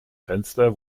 fenster